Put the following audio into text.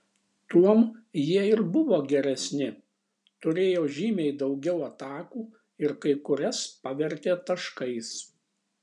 tuom jie ir buvo geresni turėjo žymiai daugiau atakų ir kai kurias pavertė taškais